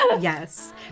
Yes